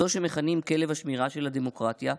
זו שמכנים "כלב השמירה של הדמוקרטיה"?